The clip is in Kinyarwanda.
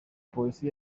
polisi